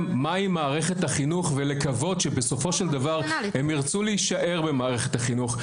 מהי מערכת החינוך ולקוות שבסופו של דבר הם ירצו להישאר במערכת החינוך.